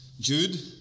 Jude